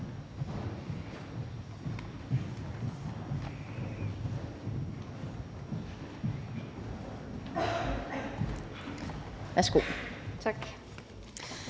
Værsgo. Kl.